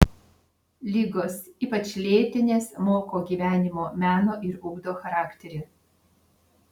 ligos ypač lėtinės moko gyvenimo meno ir ugdo charakterį